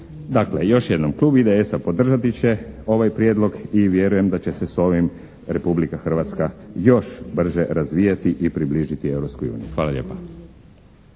Dakle, još jednom, Klub IDS-a podržati će ovaj prijedlog i vjerujem da će se s ovim Republika Hrvatska još brže razvijati i približiti Europskoj uniji.